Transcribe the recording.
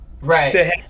right